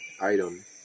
item